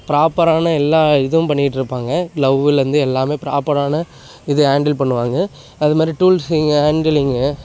ப்ராப்பரான எல்லா இதுவும் பண்ணிகிட்டு இருப்பாங்க க்ளவுலேர்ந்து எல்லாமே ப்ராப்பரான இது ஹாண்டில் பண்ணுவாங்க அது மாதிரி டூல்ஸிங்கு ஹாண்டிலிங்கு